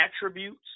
attributes